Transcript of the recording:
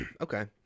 Okay